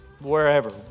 wherever